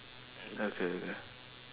okay okay